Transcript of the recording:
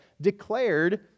declared